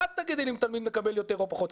ואז תגידי לי אם תלמיד מקבל יותר או פחות.